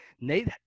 Nate